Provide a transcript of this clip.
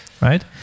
right